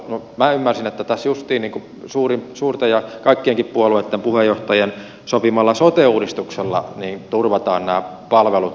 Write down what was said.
minä ymmärsin että tässä justiin suurten ja kaikkienkin puolueitten puheenjohtajien sopimalla sote uudistuksella turvataan nämä palvelut